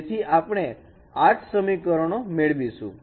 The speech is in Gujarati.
તેથી આપણે 8 સમીકરણો મેળવીશું